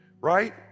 right